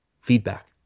feedback